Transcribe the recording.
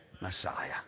Messiah